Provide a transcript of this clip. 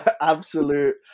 Absolute